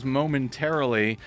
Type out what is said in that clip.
momentarily